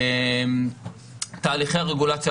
תהליכי הרגולציה,